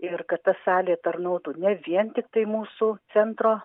ir kad ta salė tarnautų ne vien tiktai mūsų centro